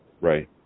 right